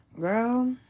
girl